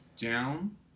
down